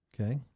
Okay